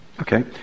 Okay